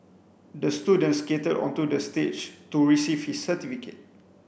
the student skated onto the stage to receive his certificate